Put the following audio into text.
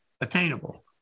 attainable